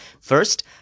First